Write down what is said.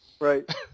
right